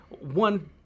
One